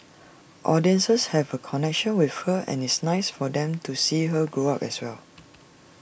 audiences have A connection with her and it's nice for them to see her grow up as well